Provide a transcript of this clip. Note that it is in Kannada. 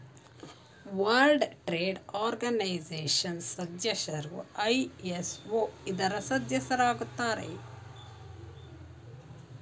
ವರ್ಲ್ಡ್ ಟ್ರೇಡ್ ಆರ್ಗನೈಜೆಶನ್ ಸದಸ್ಯರು ಐ.ಎಸ್.ಒ ಇದರ ಸದಸ್ಯರಾಗಿರುತ್ತಾರೆ